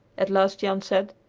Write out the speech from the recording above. at last jan said,